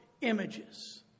images